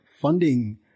funding